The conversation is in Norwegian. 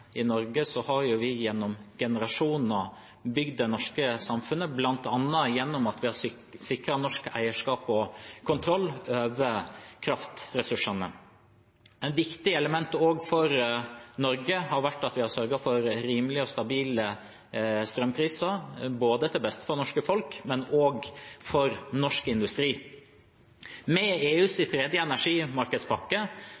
I Norge har vi gjennom generasjoner bygd det norske samfunnet bl.a. gjennom at vi har sikret norsk eierskap og kontroll over kraftressursene. Et viktig element for Norge har også vært at vi har sørget for rimelige og stabile strømpriser, til beste for både det norske folk og norsk industri. Med EUs tredje energimarkedspakke vil vitale deler av norsk energipolitikk bli lagt under EU.